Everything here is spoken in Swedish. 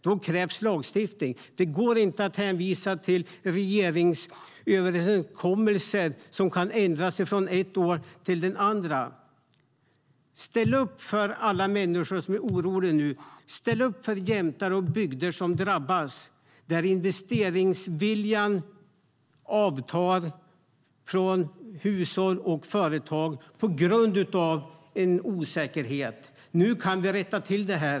Då krävs lagstiftning - det går inte att hänvisa till regeringsöverenskommelser som kan ändras från det ena året till det andra. Ställ upp för alla människor som nu är oroliga! Ställ upp för jämtar som drabbas och för bygder där investeringsviljan från hushåll och företag avtar på grund av osäkerhet! Nu kan vi rätta till det här.